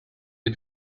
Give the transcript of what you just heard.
you